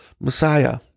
Messiah